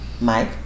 Mike